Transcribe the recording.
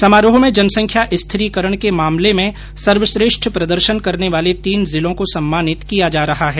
समारोह में जनसंख्या स्थिरीकरण के मामले में सर्वश्रेष्ठ प्रदर्षन करने वाले तीन जिलों को सम्मानित किया जा रहा है